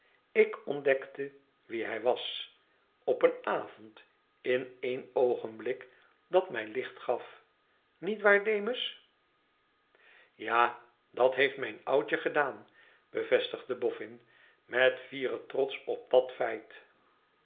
ik ontdekte wie hij was op een avond in één oogenblik dat mij licht gaf niet waar demus tja dat heeft mijn oudje gedaan i bevestigde boffin met fieren trots op dat feit